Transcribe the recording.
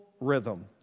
rhythm